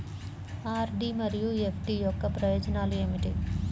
RD మరియు FD యొక్క ప్రయోజనాలు ఏమిటి?